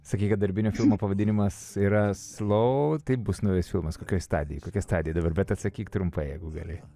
sakei kad darbinio filmo pavadinimas yra slou tai bus naujas filmas kokioj stadijoj kokia stadija dabar bet atsakyk trumpai jeigu gali